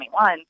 2021